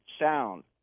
sound